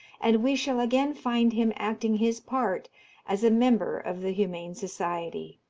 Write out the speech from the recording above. and we shall again find him acting his part as a member of the humane society.